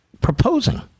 proposing